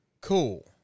Cool